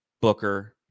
Booker